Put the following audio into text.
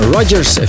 Rogers